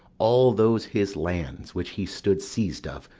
all those his lands, which he stood seiz'd of,